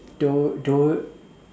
don't don't